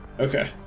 Okay